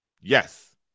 yes